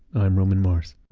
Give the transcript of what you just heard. i'm roman mars